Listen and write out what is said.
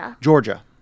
Georgia